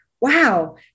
wow